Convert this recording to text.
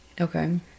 Okay